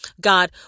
God